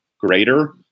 greater